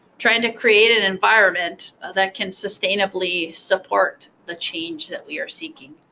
trying to create an environment that can sustainably support the change that we are seeking.